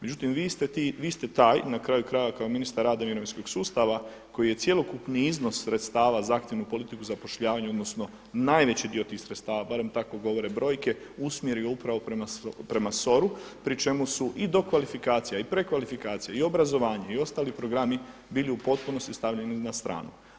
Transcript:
Međutim vi ste taj i na kraju krajeva kao ministar rada i mirovinskog sustava koji je cjelokupni iznos sredstava, zahtjevnu politiku zapošljavanja, odnosno najveći dio tih sredstava, barem tako govore brojke, usmjerio upravo prema SOR-u pri čemu su i dokvalifikacija i prekvalifikacija i obrazovanje i ostali programi bili u potpunosti stavljeni na stranu.